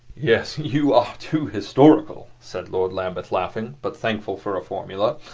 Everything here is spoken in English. yes, you are too historical, said lord lambeth, laughing, but thankful for a formula.